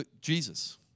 Jesus